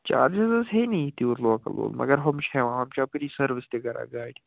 charges ہیٚیہِ نہٕ یہِ تیوٗت لوکَل ہیو مگر ہُم چھِ ہٮ۪وان یم چھِ اَپٲری سٔروِس تہِ کران گاڑِ